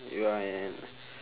ya man